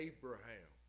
Abraham